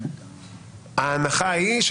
ההנחה היא,